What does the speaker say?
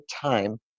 time